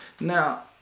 Now